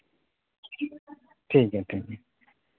ᱴᱷᱤᱠᱜᱮᱭᱟᱼᱴᱷᱤᱠᱜᱮᱭᱟ